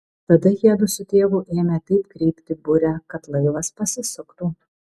tada jiedu su tėvu ėmė taip kreipti burę kad laivas pasisuktų